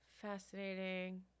Fascinating